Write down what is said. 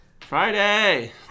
Friday